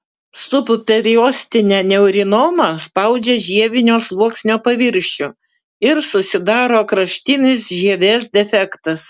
subperiostinė neurinoma spaudžia žievinio sluoksnio paviršių ir susidaro kraštinis žievės defektas